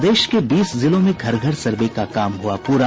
प्रदेश के बीस जिलों में घर घर सर्वे का काम हुआ पूरा